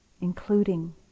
including